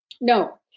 No